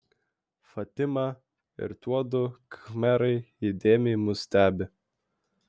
fatima ir tuodu khmerai įdėmiai mus stebi